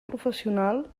professional